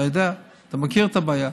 אתה יודע, אתה מכיר את הבעיה.